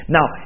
Now